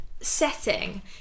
setting